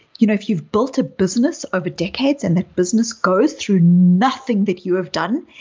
you know if you've built a business over decades and that business goes through nothing that you have done,